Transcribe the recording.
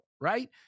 right